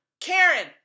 Karen